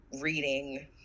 reading